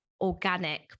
organic